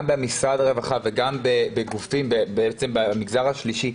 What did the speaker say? גם במשרד הרווחה וגם במגזר השלישי.